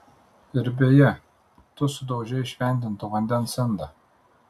ir beje tu sudaužei šventinto vandens indą